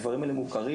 הדברים האלה מוכרים.